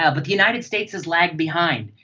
ah but the united states has lagged behind.